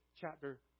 chapter